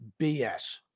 BS